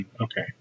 Okay